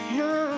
no